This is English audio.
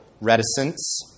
reticence